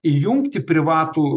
įjungti privatų